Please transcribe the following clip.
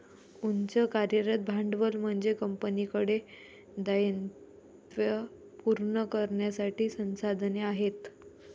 उच्च कार्यरत भांडवल म्हणजे कंपनीकडे दायित्वे पूर्ण करण्यासाठी संसाधने आहेत